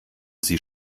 sie